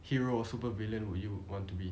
hero or supervillain would you want to be